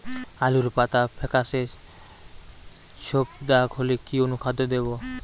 আলুর পাতা ফেকাসে ছোপদাগ হলে কি অনুখাদ্য দেবো?